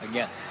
Again